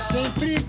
Sempre